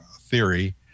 theory